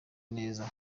neza